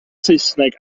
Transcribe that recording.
saesneg